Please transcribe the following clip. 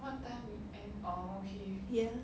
ya